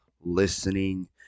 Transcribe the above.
listening